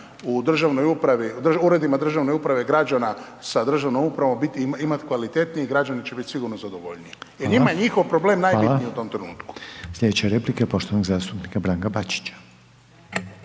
u uredima državne uprave građana sa državnom upravom, biti, imati kvalitetniji i građani će biti sigurno zadovoljniji, jer njima je njihov problem najbitniji u tom trenutku. **Reiner, Željko (HDZ)** Hvala. Sljedeća replika poštovanog zastupnika Branka Bačića.